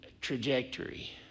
trajectory